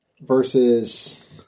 versus